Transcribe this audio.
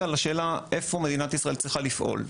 לשאלה: איפה מדינת ישראל צריכה לפעול?